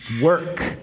Work